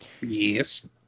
yes